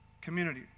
community